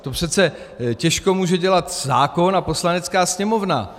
To přece těžko může dělat zákon a Poslanecká sněmovna.